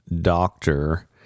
doctor